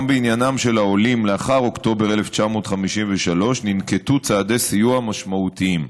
גם בעניינם של העולים לאחר אוקטובר 1953 ננקטו צעדי סיוע משמעותיים.